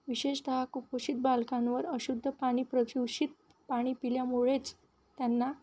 विशेषतः कुपोषित बालकांवर अशुद्ध पाणी प्रदूषित पाणी पिल्यामुळेच त्यांना